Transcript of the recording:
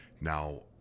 Now